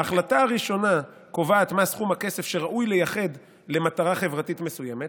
ההחלטה הראשונה קובעת מה סכום הכסף שראוי לייחד למטרה חברתית מסוימת.